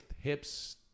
hips